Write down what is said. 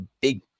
big